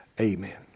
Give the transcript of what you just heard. amen